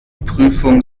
prüfung